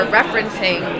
referencing